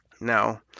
Now